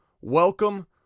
welcome